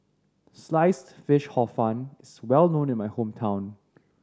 Sliced Fish Hor Fun is well known in my hometown